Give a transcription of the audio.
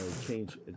Change